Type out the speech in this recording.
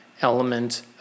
element